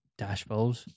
Dashboards